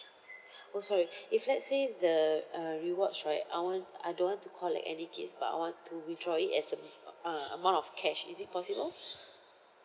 oh sorry if let's say the uh rewards right I want I don't want to collect any gifts but I want to withdraw it as a uh amount of cash is it possible